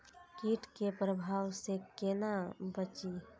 कीट के प्रभाव से कोना बचीं?